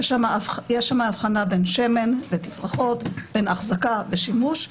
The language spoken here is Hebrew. יש שם הבחנה בין שמן לתפרחות, בין החזקה לשימוש.